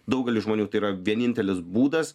daugeliui žmonių tai yra vienintelis būdas